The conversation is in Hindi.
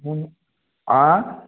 आँ